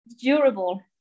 durable